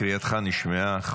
קריאתך נשמעה.